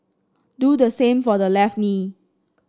do the same for the left knee